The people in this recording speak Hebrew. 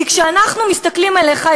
וכשאנחנו מסתכלים עליך,